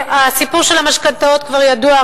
הסיפור של המשכנתאות כבר ידוע,